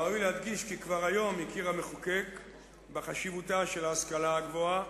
ראוי להדגיש כי כבר היום מכיר המחוקק בחשיבותה של ההשכלה הגבוהה,